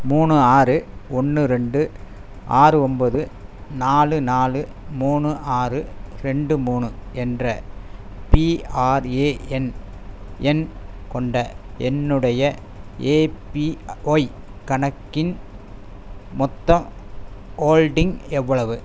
மூணு ஆறு ஒன்னு ரெண்டு ஆறு ஒம்போது நாலு நாலு மூணு ஆறு ரெண்டு மூணு என்ற பிஆர்ஏஎன் எண் கொண்ட என்னுடைய ஏபிஒய் கணக்கின் மொத்தம் ஹோல்டிங் எவ்வளவு